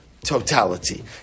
totality